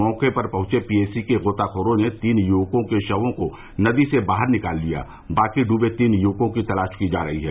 मौके पर पहुंचे पी ए सी के गोताखोरों ने तीन युवकों के शवों को नदी से बाहर निकाल लिया बाकी डूबे तीन युवकों की तलाश की जा रही है